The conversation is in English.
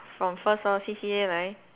from first lor C_C_A 来